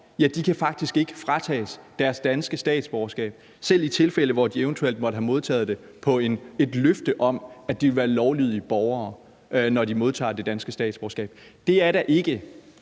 hjemmerøvere faktisk ikke kan fratages deres danske statsborgerskab, selv i tilfælde, hvor de eventuelt måtte have modtaget det på et løfte om, at de ville være lovlydige borgere, altså når de modtager det danske statsborgerskab. Det er da ikke